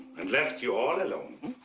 and left you all alone,